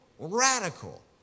radical